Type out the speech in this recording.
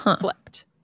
flipped